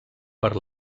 per